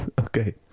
Okay